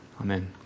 Amen